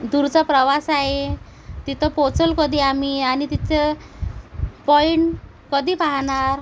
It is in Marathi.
दूरचा प्रवास आहे तिथं पोचंल कधी आम्ही आणि तिथं पॉइंट कधी पाहणार